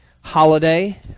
holiday